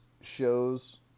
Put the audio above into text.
shows